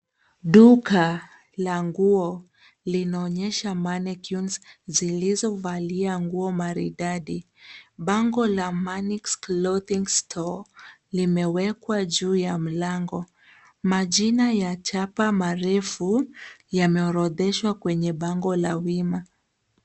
Duka la nguo linaonyesha mannequins zilizovalia nguo maridadi. Bango la MANIX Clothing Store, limewekwa juu ya mlango. Majina ya chapa marefu, yameorodheshwa kwenye bango la wima.